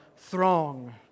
throng